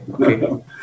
Okay